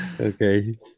Okay